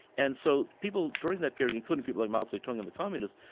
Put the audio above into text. and so people during that period, including people like mao tse tung and the communists,